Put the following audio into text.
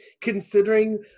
considering